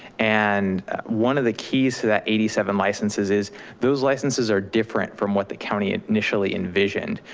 and one of the keys to that eighty seven licenses is those licenses are different from what the county initially envisioned,